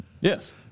Yes